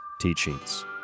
teachings